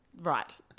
right